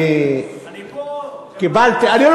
אני קיבלתי, אני פה.